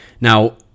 Now